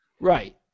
Right